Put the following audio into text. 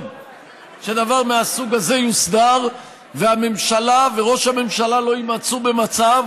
שדבר מהסוג הזה יוסדר והממשלה וראש הממשלה לא יימצאו במצב